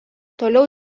toliau